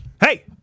Hey